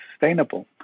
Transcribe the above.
sustainable